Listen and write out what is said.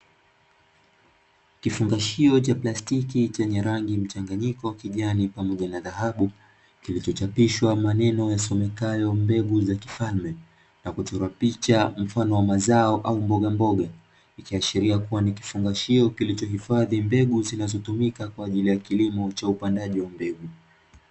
Kifungashio cha plastiki chenye rangi mchanganyiko kijani pamoja na dhahabu, kilichochapishwa maneno yasomekayo mbegu za kifalme na kuchorwa picha mfano wa mazao au mbogamboga, ikiashiria kuwa ni kifungashio kilichohifadhi mbegu, zinazotumika kwa ajili ya kilimo cha upandaji wa mbegu.